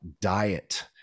diet